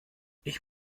ich